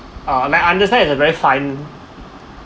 um my understand it's a very fun